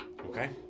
Okay